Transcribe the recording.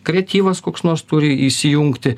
kreatyvas koks nors turi įsijungti